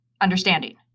understanding